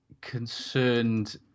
concerned